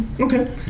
okay